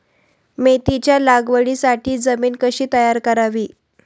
मेथीच्या लागवडीसाठी जमीन कशी तयार करावी?